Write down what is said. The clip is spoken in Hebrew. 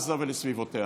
לעזה ולסביבותיה.